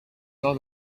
not